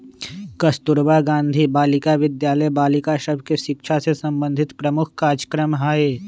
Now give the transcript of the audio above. कस्तूरबा गांधी बालिका विद्यालय बालिका सभ के शिक्षा से संबंधित प्रमुख कार्जक्रम हइ